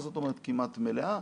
מה זאת אומרת כמעט מלאה?